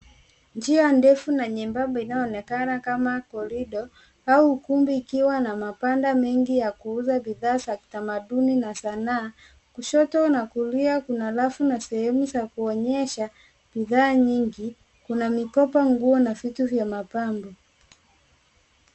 Njia ndefu na nyembamba inayoonekana kama korido au ukumbi ikiwa na mabanda mengi ya kuuza bidhaa za kitamaduni na sanaa, kushoto na kulia kuna rafu na sehemu za kuonyesha bidhaa nyingi, kuna mikoba nguo na vitu vya mapambo.